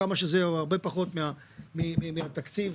פחות מהתקציב.